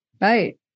Right